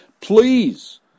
please